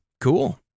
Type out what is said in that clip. Cool